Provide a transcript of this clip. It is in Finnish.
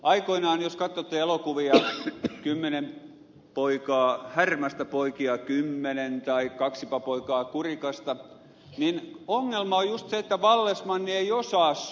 aikoinaan jos katsotte elokuvia härmästä poikia kymmenen tai kaksipa poikaa kurikasta ongelma oli just se että vallesmanni ei osannut suomea